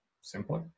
simply